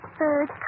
third